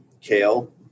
Kale